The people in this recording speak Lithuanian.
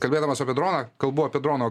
kalbėdamas apie droną kalbu apie dronų